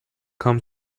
come